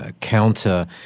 counter